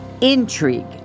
Intrigue